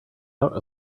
out